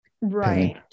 Right